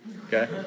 Okay